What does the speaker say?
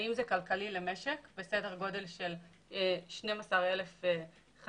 האם זה כלכלי למשק בסדר גודל של 12,000 חזירים.